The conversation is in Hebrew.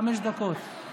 חמש דקות.